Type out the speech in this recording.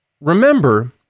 remember